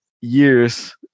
years